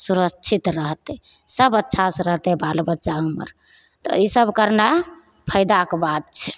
सुरक्षित रहतै सब अच्छासे रहतै बालबच्चा हमर तऽ ई सब करना फैदाक बात छै